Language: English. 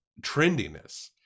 trendiness